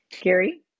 Gary